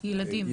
ילדים.